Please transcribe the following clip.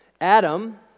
Adam